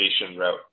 route